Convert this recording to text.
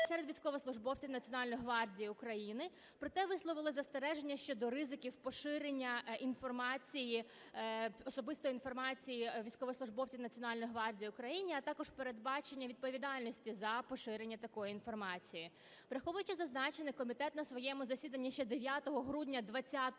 серед військовослужбовців Національної гвардії України, проте висловили застереження щодо ризиків поширення інформації, особистої інформації військовослужбовців Національної гвардії України, а також передбачення відповідальності за поширення такої інформації. Враховуючи зазначене, комітет на своєму засіданні ще 9 грудня 20-го року